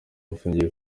bafungiye